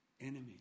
enemies